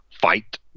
fight